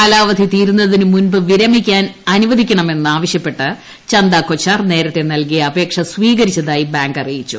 കാലാവധി തീരുന്നതിന് മുമ്പ് വിരമിക്കാൻ അനുവദിക്കമെന്ന് ആവശ്യപ്പെട്ട് ചന്ദ കൊച്ചാർ നേരത്തെ നൽകിയ അപേക്ഷ സ്വീകരിച്ചതായി ബാങ്ക് അറിയിച്ചു